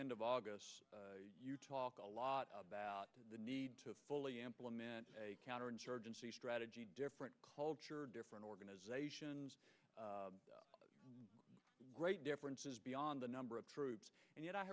end of august talk a lot about the need to fully implement a counterinsurgency strategy different culture different organization great differences beyond the number of troops and yet i